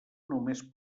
només